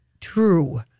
true